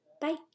Bye